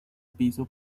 piso